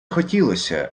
хотілося